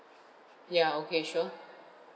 yeah okay sure